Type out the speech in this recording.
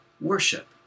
worship